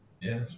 Yes